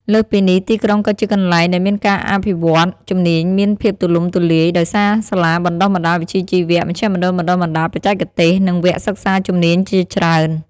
លើសពីនេះ ទីក្រុងក៏ជាកន្លែងដែលមានការអភិវឌ្ឍជំនាញមានភាពទូលំទូលាយ ដោយសារសាលាបណ្តុះបណ្តាលវិជ្ជាជីវៈ មជ្ឈមណ្ឌលបណ្តុះបណ្តាលបច្ចេកទេស និងវគ្គសិក្សាជំនាញជាច្រើន។